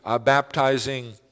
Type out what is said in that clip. baptizing